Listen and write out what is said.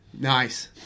Nice